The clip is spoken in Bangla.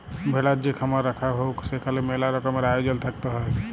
ভেড়ার যে খামার রাখাঙ হউক সেখালে মেলা রকমের আয়জল থাকত হ্যয়